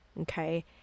Okay